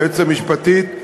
היועצת המשפטית,